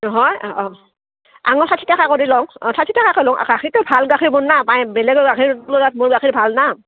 হয় অঁ আঙৰ ষাঠি টকা কৰি লওঁ অঁ ষাঠি টকাকৈ লওঁ আৰু গাখীৰটো ভাল গাখীৰবোৰ না পায় বেলেগৰ গাখীৰৰ তুলনাত মোৰ গাখীৰ ভাল না